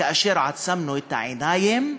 כאשר עצמנו את העיניים,